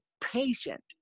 patient